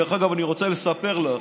דרך אגב, אני רוצה לספר לך,